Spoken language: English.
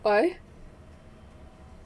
why